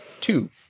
two